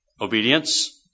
Obedience